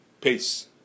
Peace